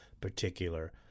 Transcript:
particular